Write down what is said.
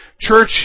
church